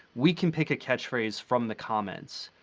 we can pick a catchphrase from the comments.